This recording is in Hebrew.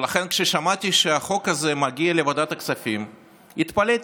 ולכן כששמעתי שהחוק הזה מגיע לוועדת הכספים התפלאתי,